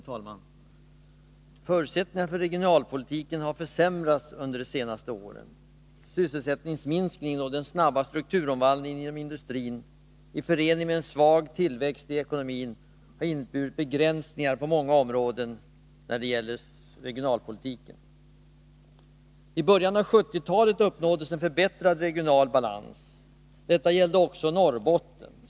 Herr talman! Förutsättningarna för regionalpolitiken har försämrats under de senaste åren. Sysselsättningsminskningen och den snabba strukturomvandlingen inom industrin i förening med en svag tillväxt i ekonomin har inneburit begränsningar på många områden när det gäller regionalpolitiken. I början av 1970-talet uppnåddes en förbättrad regional balans. Detta gällde också för Norrbotten.